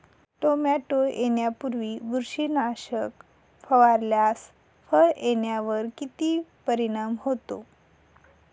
Tomato येण्यापूर्वी बुरशीनाशक फवारल्यास फळ येण्यावर किती परिणाम होतो?